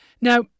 now